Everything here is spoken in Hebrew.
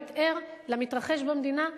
להיות ער למתרחש במדינה,